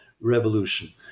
revolution